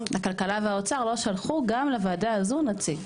הכלכלה והאוצר לא שלחו גם לוועדה הזו נציג.